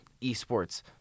eSports